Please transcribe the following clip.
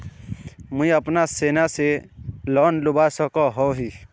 मुई अपना सोना से लोन लुबा सकोहो ही?